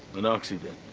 an accident.